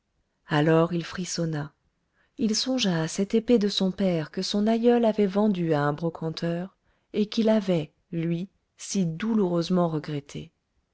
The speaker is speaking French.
alors il frissonna il songea à cette épée de son père que son aïeul avait vendue à un brocanteur et qu'il avait lui si douloureusement regrettée